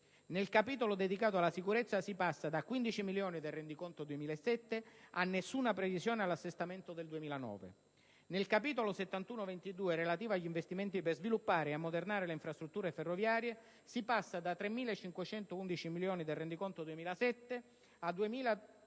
nel capitolo dedicato alla sicurezza si passa da 15 milioni del rendiconto 2007 a nessuna previsione nell'assestamento 2009; nel capitolo 7122, relativo agli investimenti per sviluppare e ammodernare le infrastrutture ferroviarie, si passa da 3.511 milioni del rendiconto 2007 a 2.362